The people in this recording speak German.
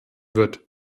wird